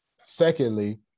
secondly